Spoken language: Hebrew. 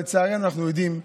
אבל לצערנו אנחנו יודעים,